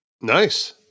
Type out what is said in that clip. Nice